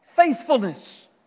Faithfulness